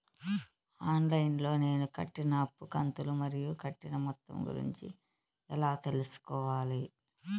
On line లో నేను కట్టిన అప్పు కంతులు మరియు కట్టిన మొత్తం గురించి ఎలా తెలుసుకోవాలి?